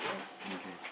mm kay